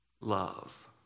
love